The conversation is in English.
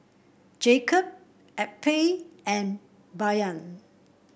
Jacob Eppie and Bayard